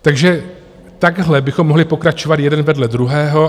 Takže takhle bychom mohli pokračovat jeden vedle druhého.